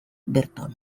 berton